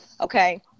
Okay